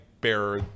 bearer